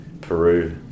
Peru